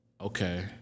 Okay